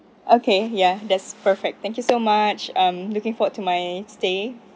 okay ya that's perfect thank you so much I'm looking forward to my stay